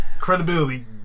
credibility